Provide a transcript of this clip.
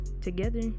together